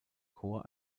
chor